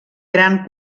gran